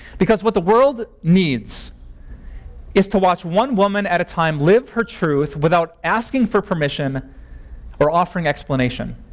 because what the world needs is to watch one woman at a time live her truth without asking for permission or offering explanation.